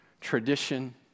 tradition